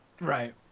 Right